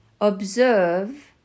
observe